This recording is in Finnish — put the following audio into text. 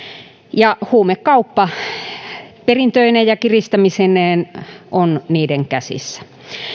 ja huumekauppa perintöineen ja kiristämisineen on niiden käsissä